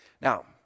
Now